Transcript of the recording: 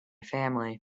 family